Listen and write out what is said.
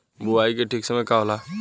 बुआई के ठीक समय का होला?